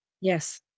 Yes